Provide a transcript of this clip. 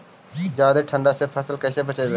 जादे ठंडा से फसल कैसे बचइबै?